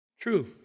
True